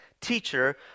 teacher